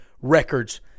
records